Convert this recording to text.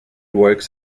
works